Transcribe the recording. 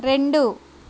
రెండు